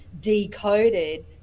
decoded